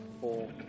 four